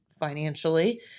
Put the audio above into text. financially